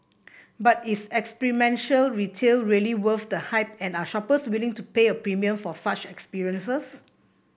but is experiential retail really worth the hype and are shoppers willing to pay a premium for such experiences